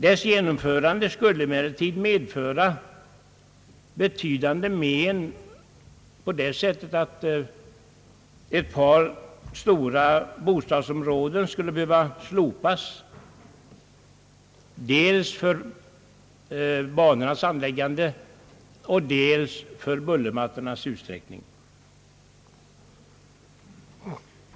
Dess genomförande skulle emellertid medföra betydande men på det sättet att ett par stora bostadsområden måste slopas, dels för banornas anläggande och dels med hänsyn till bullermattornas utsträckning.